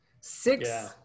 Six